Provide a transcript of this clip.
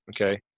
Okay